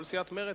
כל סיעת מרצ.